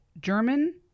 german